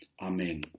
Amen